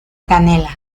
canela